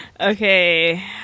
Okay